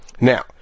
Now